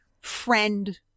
friend